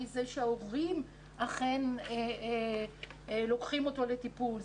זה שההורים אכן לוקחים אותו לטיפול.